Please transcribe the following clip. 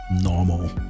normal